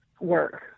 work